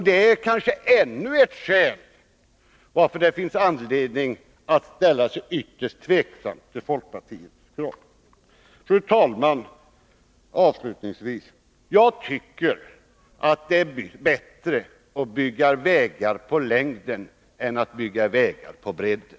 Det är kanske ännu ett skäl till att ställa sig ytterst tveksam till folkpartiets krav. Fru talman! Jag tycker, avslutningsvis, att det är bättre att bygga vägar på längden än att bygga vägar på bredden.